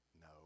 No